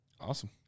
Awesome